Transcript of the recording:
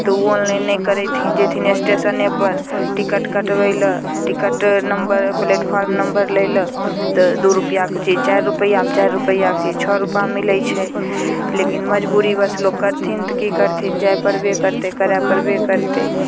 तऽ ओ ऑनलाइन नहि करेथिन जएथिन एस्टेशनेपर टिकट कटबै ले टिकट नम्बर प्लेटफॉर्म नम्बर लै ले तऽ दुइ रुपैआके चीज चारि रुपैआमे चारि रुपैआके चीज छओ रुपामे मिलै छै लेकिन मजबूरीवश लोक करथिन तऽ कि करथिन जाए पड़बे करतै करै पड़बे करतै